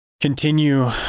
continue